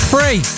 Free